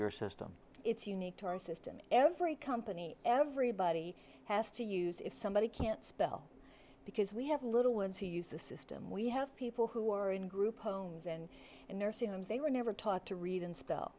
your system it's unique to our system every company everybody has to use if somebody can't spell because we have little ones who use the system we have people who are in group homes and in nursing homes they were never taught to read and s